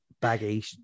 baggy